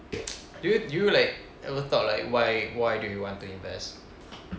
do you do you ever thought like why why do you want to invest